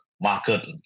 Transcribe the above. market